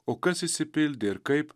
o kas išsipildė ir kaip